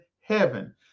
heaven